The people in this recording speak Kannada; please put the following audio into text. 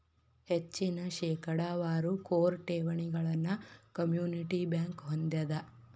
ಹೆಚ್ಚಿನ ಶೇಕಡಾವಾರ ಕೋರ್ ಠೇವಣಿಗಳನ್ನ ಕಮ್ಯುನಿಟಿ ಬ್ಯಂಕ್ ಹೊಂದೆದ